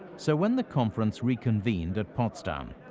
so when the conference reconvened at potsdam,